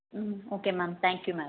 ம் okay ma'am thank you ma'am